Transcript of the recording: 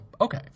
okay